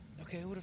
okay